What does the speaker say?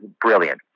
brilliant